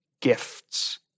gifts